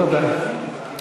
בשביל הפרוטוקול, ודאי.